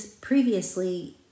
previously